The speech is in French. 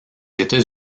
états